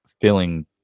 filling